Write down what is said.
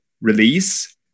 release